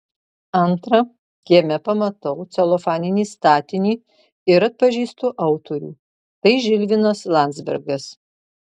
antra kieme pamatau celofaninį statinį ir atpažįstu autorių tai žilvinas landzbergas